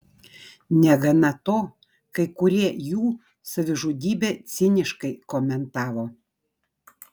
negana to kai kurie jų savižudybę ciniškai komentavo